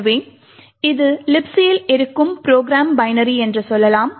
எனவே இது Libc யில் இருக்கும் ப்ரோக்ராம் பைனரி என்று சொல்லலாம்